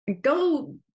go